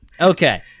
Okay